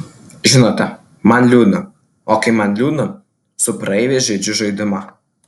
žinote man liūdna o kai man liūdna su praeiviais žaidžiu žaidimą